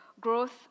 growth